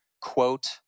quote